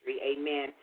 amen